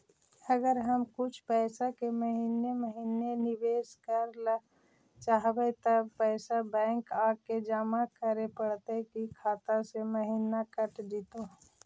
अगर हम कुछ पैसा के महिने महिने निबेस करे ल चाहबइ तब पैसा बैक आके जमा करे पड़तै कि खाता से महिना कट जितै?